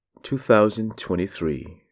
2023